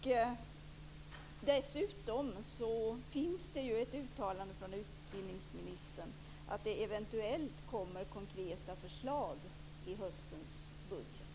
Dessutom finns det ett uttalande från utbildningsministern om att det eventuellt kommer konkreta förslag i höstens budget.